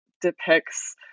depicts